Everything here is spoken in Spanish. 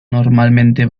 normalmente